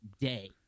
day